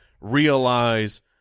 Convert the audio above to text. realize